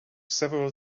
several